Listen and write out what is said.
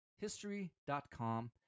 History.com